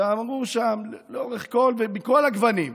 ואמרו שם לאורך כל, ומכל הגוונים: